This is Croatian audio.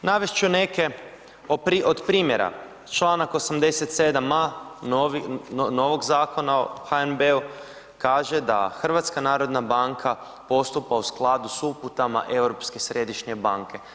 Navest ću neke od primjera, čl. 87. a novog Zakona o HNB-u kaže da HNB postupa u skladu s uputama Europske središnje banke.